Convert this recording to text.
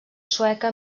sueca